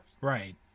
Right